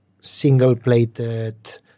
single-plated